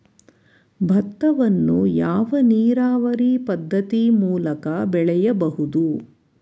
ಭತ್ತವನ್ನು ಯಾವ ನೀರಾವರಿ ಪದ್ಧತಿ ಮೂಲಕ ಬೆಳೆಯಬಹುದು?